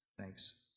Thanks